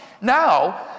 Now